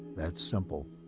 that simple.